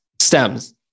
Stems